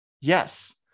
Yes